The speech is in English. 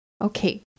Okay